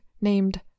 named